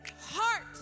heart